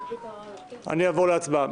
אני אעבור להצבעה.